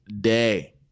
day